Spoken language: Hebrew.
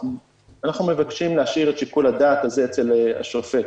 אנחנו מבקשים להשאיר את שיקול הדעת הזה אצל השופט,